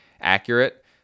accurate